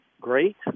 great